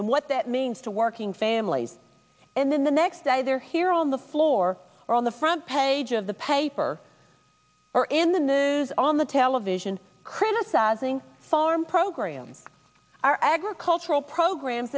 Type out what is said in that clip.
and what that means to working families and then the next day they're here on the floor or on the front page of the paper or in the news on the television criticizing farm programs are agricultural programs